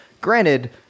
Granted